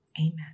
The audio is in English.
Amen